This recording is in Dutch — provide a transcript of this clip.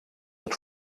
het